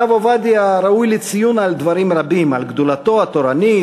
הרב עובדיה ראוי לציון על דברים רבים: על גדולתו התורנית,